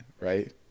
right